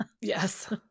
Yes